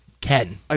Ken